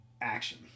action